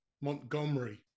Montgomery